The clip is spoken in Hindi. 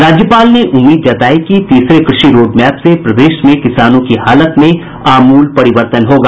राज्यपाल ने उम्मीद जताई कि तीसरे कृषि रोड मैप से प्रदेश में किसानों की हालत में आमूल परिवर्तन होगा